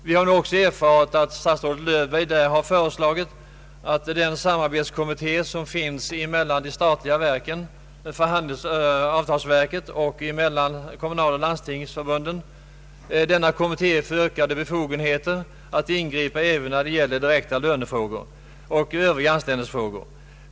Vi har också erfarit att statsrådet Löfberg där föreslagit att den samarbetskommitté som finns mellan avtalsverket och Kommunoch Landstingsförbunden skall få ökade befogenheter att ingripa även när det gäller direkta lönefrågor och övriga anställningsfrågor.